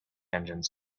engines